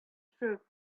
throw